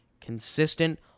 consistent